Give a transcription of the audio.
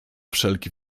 wszelki